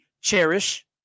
Cherish